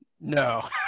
No